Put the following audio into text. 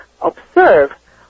observe